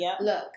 look